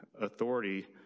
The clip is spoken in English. authority